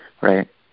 right